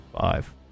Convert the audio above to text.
Five